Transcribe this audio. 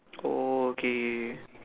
oh okay okay okay